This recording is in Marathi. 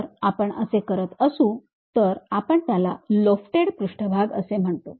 जर आपण असे करत असू तर आपण त्याला लोफ्टेड पृष्ठभाग असे म्हणतो